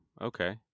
Okay